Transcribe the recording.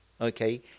okay